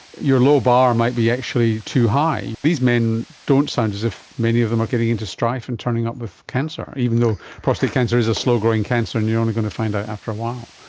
your low bar might be actually too high. these men don't sound as if many of them are getting into strife and turning up with cancer, even though prostate cancer is a slow growing cancer and you're only going to find out after a while.